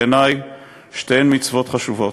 בעיני שתיהן מצוות חשובות.